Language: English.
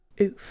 Oof